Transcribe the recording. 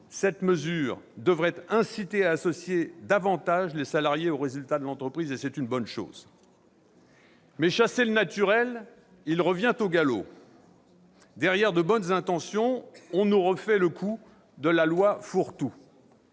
Cette mesure devrait inciter à associer davantage les salariés aux résultats de l'entreprise, ce qui est une bonne chose. Mais chassez le naturel, il revient au galop : derrière de bonnes intentions, on nous refait le coup de la loi fourre-tout